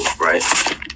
right